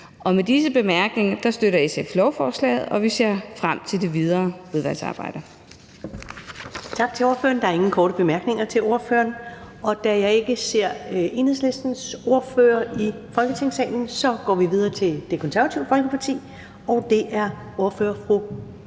Med disse bemærkninger støtter SF lovforslaget, og vi ser frem til det videre udvalgsarbejde. Kl. 11:19 Første næstformand (Karen Ellemann): Tak til ordføreren. Der er ingen korte bemærkninger til ordføreren. Da jeg ikke ser Enhedslistens ordfører i Folketingssalen, går vi videre til Det Konservative Folkeparti, og det er fru